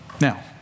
Now